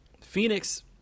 Phoenix